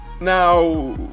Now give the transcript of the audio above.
Now